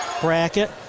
Bracket